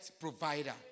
provider